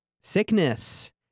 sickness